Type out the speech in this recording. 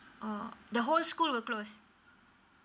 uh the whole school will close